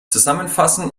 zusammenfassen